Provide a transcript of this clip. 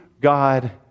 God